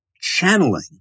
channeling